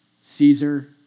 Caesar